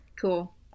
Cool